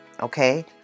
okay